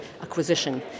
acquisition